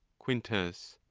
quintus.